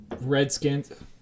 Redskins